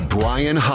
Brian